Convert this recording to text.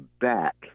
back